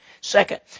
Second